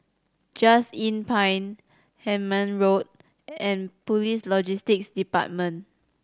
Just Inn Pine Hemmant Road and Police Logistics Department